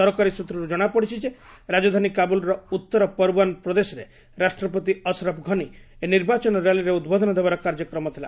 ସରକାରୀ ସୂତ୍ରରୁ ଜଣାପଡ଼ିଛି ଯେ ରାଜଧାନୀ କାବୁଲ୍ର ଉତ୍ତର ପରଓ୍ୱାନ୍ ପ୍ରଦେଶରେ ରାଷ୍ଟ୍ରପତି ଅସରଫ୍ ଘନି ଏହି ନିର୍ବାଚନ ର୍ୟାଲିରେ ଉଦ୍ବୋଧନ ଦେବାର କାର୍ଯ୍ୟକ୍ରମ ଥିଲା